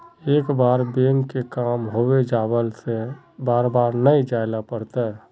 एक बार बैंक के काम होबे जाला से बार बार नहीं जाइले पड़ता?